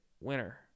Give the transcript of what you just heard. winner